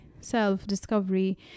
self-discovery